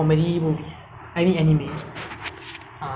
mm like I like to see the high quality animation that they